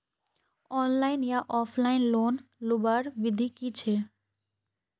Online या offline loan लुबार विधि की छे?